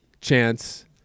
chance